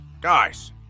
Guys